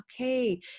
okay